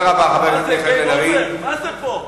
מה זה פה?